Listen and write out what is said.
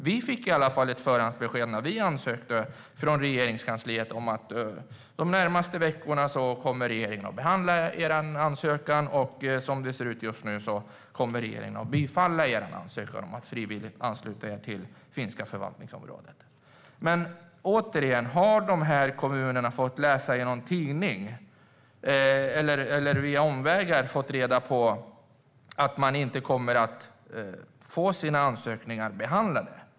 När Västerås ansökte fick vi ett förhandsbesked från Regeringskansliet om att regeringen skulle behandla vår ansökan under de närmaste veckorna och att man förmodligen skulle bifalla vår ansökan om frivillig anslutning till det finska förvaltningsområdet. Har dessa kommuner fått läsa om det i en tidning eller via omvägar fått reda på att de inte kommer att få sina ansökningar behandlade?